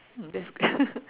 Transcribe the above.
mm that's good